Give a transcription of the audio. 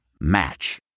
Match